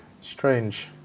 strange